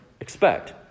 expect